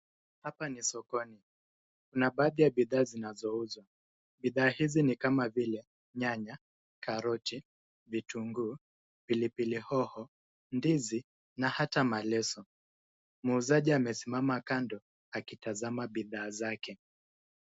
Hapa ni sokoni kuna baadhi ya bidhaa zinazouzwa. Bidhaa hizi ni kama vile nyanya, karoti, vitunguu, pili pili hoho, ndizi na hata maleso. Muuzaji amesimama kando akitazama bidhaa zake.